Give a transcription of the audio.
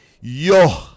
yo